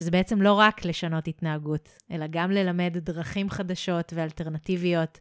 זה בעצם לא רק לשנות התנהגות, אלא גם ללמד דרכים חדשות ואלטרנטיביות.